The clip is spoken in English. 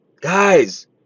Guys